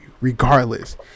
regardless